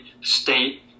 state